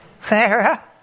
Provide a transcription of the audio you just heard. Sarah